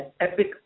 epic